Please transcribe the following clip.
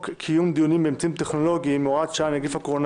קיום דיונים באמצעים טכנולוגיים (הוראת שעה נגיף הקורונה